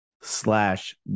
slash